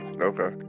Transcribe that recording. Okay